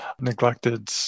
neglected